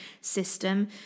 system